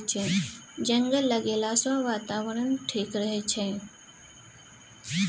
जंगल लगैला सँ बातावरण ठीक रहै छै